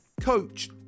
coach